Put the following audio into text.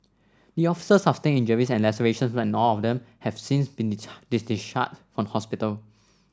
the officers sustained injuries and lacerations and all of them have since been discharged from hospital